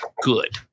good